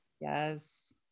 yes